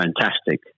fantastic